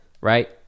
right